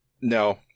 no